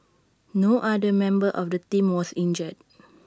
no other member of the team was injured